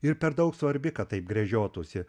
ir per daug svarbi kad taip gražiotusi